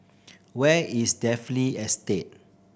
where is Dalvey Estate